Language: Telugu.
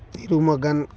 తిరుమగన్